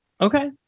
Okay